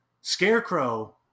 Scarecrow